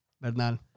Bernal